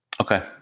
Okay